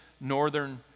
northern